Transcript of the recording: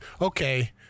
okay